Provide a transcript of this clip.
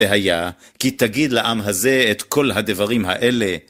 והיה כי תגיד לעם הזה את כל הדברים האלה.